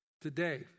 Today